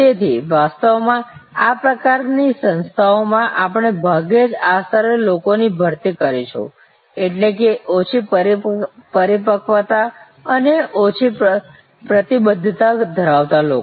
તેથી વાસ્તવમાં આ પ્રકારની સંસ્થાઓમાં આપણે ભાગ્યે જ આ સ્તરે લોકોની ભરતી કરીશું એટલે કે ઓછી પરિપક્વતા અને ઓછી પ્રતિબદ્ધતા ધરાવતા લોકો